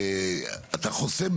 אתה חוסם,